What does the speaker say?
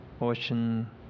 ocean